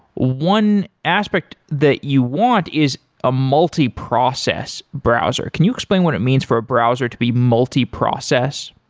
one aspect that you want is a multi-process browser. can you explain what it means for a browser to be multi-process?